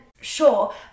sure